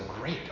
great